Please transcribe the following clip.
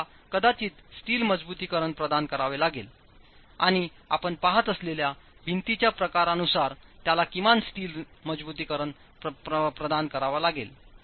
आपल्याला कदाचित स्टील मजबुतीकरण रेइन्फॉर्समेंट प्रदान करावे लागेल आणि आपण पहात असलेल्या भिंतीच्या प्रकारानुसार त्याला किमान स्टील मजबुतीकरण रेइन्फॉर्समेंट प्रदान करावे लागेल